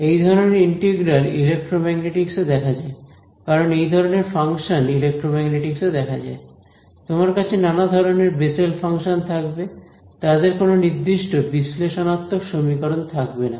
এই ধরনের integral electromagnetics এ দেখা যায় কারণ এই ধরনের ফাংশন ইলেক্ট্রোম্যাগনেটিকস এ দেখা যায় তোমার কাছে নানা ধরনের বেসেল ফাংশন থাকবে তাদের কোন নির্দিষ্ট বিশ্লেষণাত্মক সমীকরণ থাকবেনা